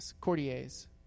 courtiers